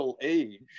age